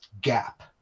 gap